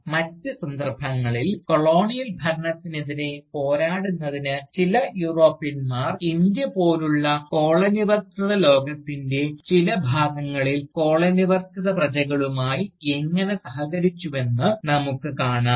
മറ്റ് സന്ദർഭങ്ങളിൽ കൊളോണിയൽ ഭരണത്തിനെതിരെ പോരാടുന്നതിന് ചില യൂറോപ്യന്മാർ ഇന്ത്യ പോലുള്ള കോളനിവത്കൃത ലോകത്തിൻറെ ചില ഭാഗങ്ങളിൽ കോളനിവത്കൃത പ്രജകളുമായി എങ്ങനെ സഹകരിച്ചുവെന്ന് നമുക്ക് കാണാം